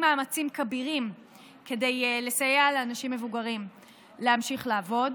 מאמצים כבירים כדי לסייע לאנשים מבוגרים להמשיך לעבוד.